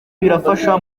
birafasha